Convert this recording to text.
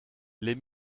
les